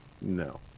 no